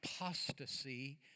apostasy